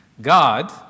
God